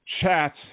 chat